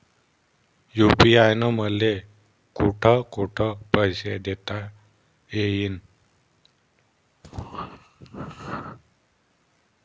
UPI न मले कोठ कोठ पैसे देता येईन?